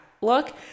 look